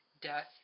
death